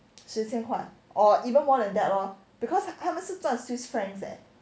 十千块 or even more than that lor because 他们是赚 swiss francs eh